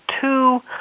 two